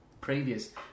previous